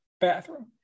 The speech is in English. bathroom